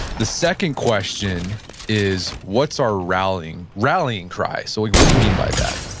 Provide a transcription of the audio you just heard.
the second question is, what's our rallying rallying cry? so what do you mean by that?